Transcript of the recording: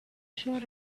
sure